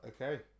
okay